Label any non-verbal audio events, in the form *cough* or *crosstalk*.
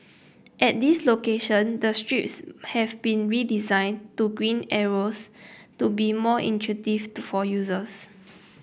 at these location the strips have been redesigned to green arrows to be more intuitive for users *noise*